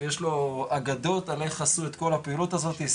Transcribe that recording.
ויש לו אגדות על איך עשו את כל הפעילות הזאתי,